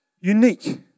unique